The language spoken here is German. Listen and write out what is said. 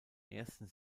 ersten